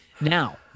Now